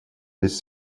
this